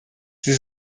sie